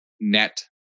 net